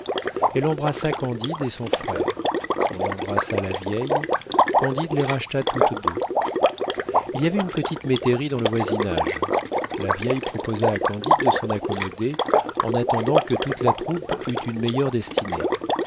elle embrassa candide et son frère on embrassa la vieille candide les racheta toutes deux il y avait une petite métairie dans le voisinage la vieille proposa à candide de s'en accommoder en attendant que toute la troupe eût une meilleure destinée